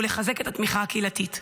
ולחזק את התמיכה הקהילתית.